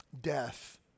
death